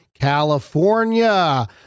California